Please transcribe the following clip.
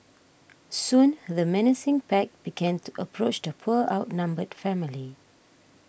soon the menacing pack began to approach the poor outnumbered family